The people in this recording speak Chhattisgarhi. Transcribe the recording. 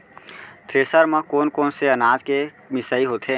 थ्रेसर म कोन कोन से अनाज के मिसाई होथे?